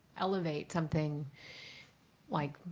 elevate something like